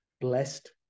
blessed